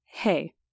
Hey